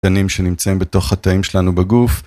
קטנים שנמצאים בתוך התאים שלנו בגוף.